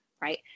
right